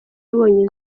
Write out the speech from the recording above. yabonye